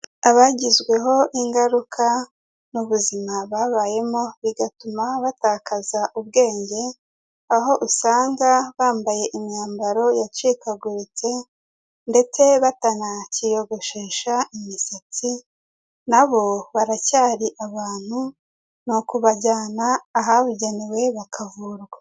Abagizweho ingaruka n'ubuzima babayemo bigatuma batakaza ubwenge, aho usanga bambaye imyambaro yacikaguritse, ndetse batanakiyogoshesha imisatsi, na bo baracyari abantu, ni ukubajyana ahabugenewe bakavurwa.